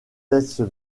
test